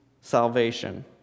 salvation